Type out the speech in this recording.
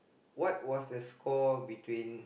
what was the score between